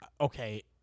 Okay